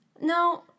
No